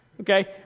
Okay